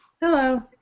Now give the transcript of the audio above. Hello